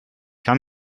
kann